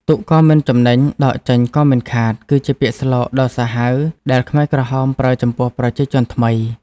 ទុកក៏មិនចំណេញ ដកចេញក៏មិនខាត គឺជាពាក្យស្លោកដ៏សាហាវដែលខ្មែរក្រហមប្រើចំពោះប្រជាជនថ្មី។